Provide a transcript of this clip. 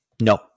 No